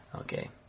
Okay